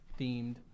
Themed